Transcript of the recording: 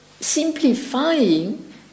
simplifying